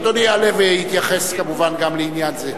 אדוני יעלה ויתייחס, כמובן, גם לעניין זה.